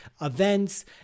events